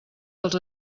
als